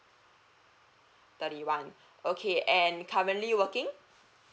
thirty one okay and currently working